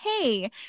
hey